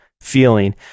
feeling